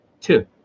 Two